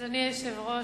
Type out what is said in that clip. אדוני היושב-ראש,